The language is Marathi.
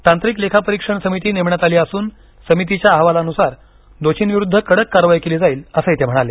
तांत्रिक लेखापरीक्षण समिती नेमण्यात आली असून समितीच्या अहवालानुसार दोषींविरुद्ध कडक कारवाई केली जाईल असं ते म्हणाले